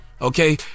Okay